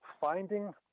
finding